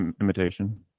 imitation